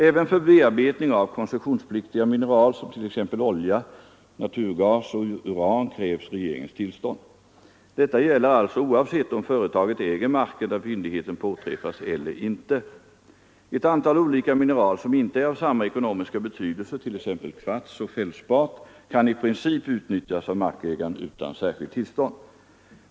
Även för bearbetning av koncessionspliktiga mineral som t.ex. olja, naturgas och uran krävs regeringens tillstånd. Detta gäller alltså oavsett om företaget äger marken där fyndigheten påträffats eller inte. Ett antal olika mineral som inte är av samma ekonomiska betydelse, t.ex. kvarts och fältspat, kan i princip utnyttjas av markägaren utan särskilt tillstånd.